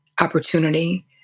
opportunity